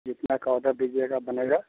जितना का ऑडर दीजिएगा बनेगा